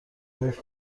گفت